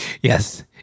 Yes